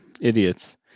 idiots